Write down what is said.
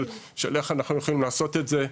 או של איך אנחנו יכולים לעשות את זה,